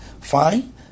Fine